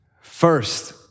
First